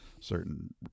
certain